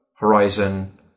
Horizon